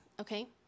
okay